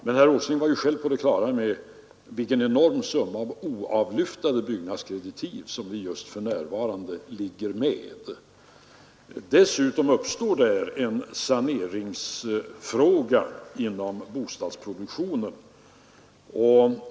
Men herr Åsling var själv på det klara med vilken enorm summa av oavlyftade byggnadskreditiv vi för närvarande ligger inne med. Dessutom blir det aktuellt med en sanering inom bostadsproduktionen.